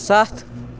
سَتھ